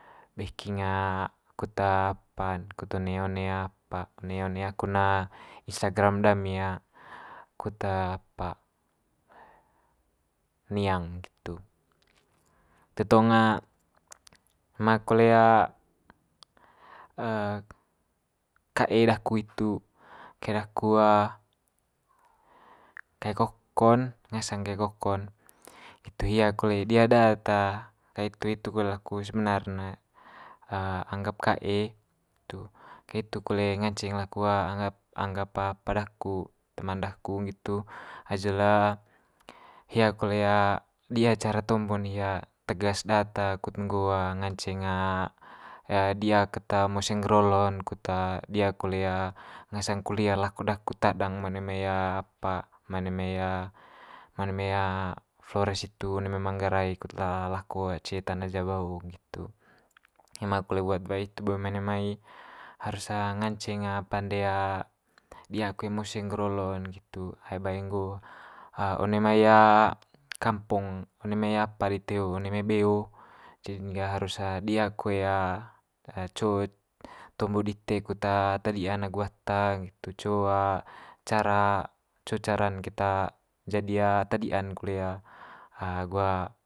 Beking kut apa'n kut one one one apa one one akun instagram dami kut apa niang nggitu. Itu tong ma kole kae daku hitu kae daku kae kokon ngasang kae kokon nggitu hia kole dia daat kae hitu, hitu kole laku sebenar ne anggap kae itu. Kae itu kole nganceng laku anggap anggap apa daku teman daku nggitu, ajul hia kole dia cara tombo'n hia tegas daat kut nggo nganceng dia ket mose ngger olo'n, kut dia kole ngasang kulia lako daku tadang mai one mai apa mai one mai mai one mai flores hitu one mai manggarai kut la- lako ce tana jawa ho nggitu. kole wuat wa'i hitu bo mai one mai harus nganceng pande dia koe mose ngger olo'n nggitu ai bae nggo one mai kampong one mai apa dite ho one mai beo jadi'n gah harus dia koe co tombo dite kut ata dia'n agu ata nggitu co cara co cara'n keta jadi ata dia'n kole agu.